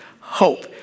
hope